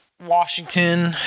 Washington